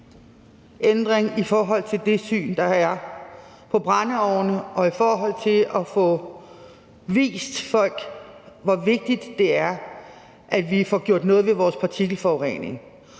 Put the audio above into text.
ændring i forhold til det syn, der er på brændeovne, og i forhold til at få vist folk, hvor vigtigt det er, at vi får gjort noget ved vores partikelforurening.